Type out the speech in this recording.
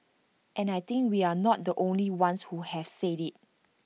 and I think we're not the only ones who have said IT